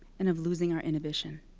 and of losing our inhibition.